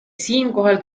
siinkohal